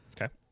Okay